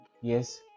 Yes